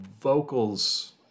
vocals